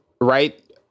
right